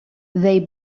they